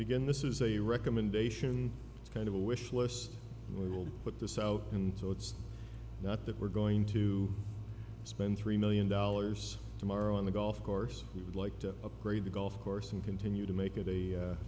again this is a recommendation it's kind of a wish list we will put this out and so it's not that we're going to spend three million dollars tomorrow on the golf course we would like to upgrade the golf course and continue to make it a